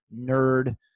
nerd